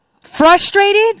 frustrated